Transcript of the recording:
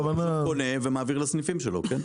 הוא פשוט קונה ומעביר לסניפים שלו, כן?